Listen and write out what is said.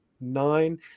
nine